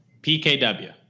PKW